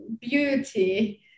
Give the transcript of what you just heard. beauty